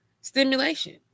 stimulation